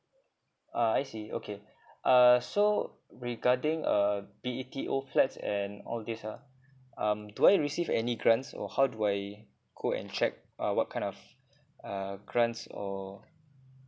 ah I see okay uh so regarding uh B_E_T_O flats and all this ah um do I receive any grants or how do I go and check uh what kind of uh grants or